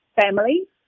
family